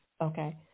Okay